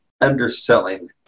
underselling